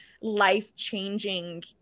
life-changing